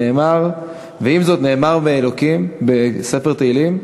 ועם זאת נאמר בספר תהילים: